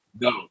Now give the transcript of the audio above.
no